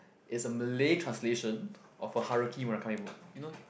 is a Malay translation of a Haruki-Murakami book you know